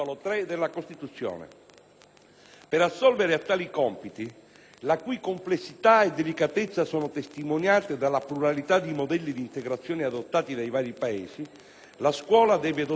Per assolvere a tali compiti, la cui complessità e delicatezza sono testimoniate dalla pluralità di modelli di integrazione adottati dai vari Paesi, la scuola deve dotarsi di strumenti adeguati,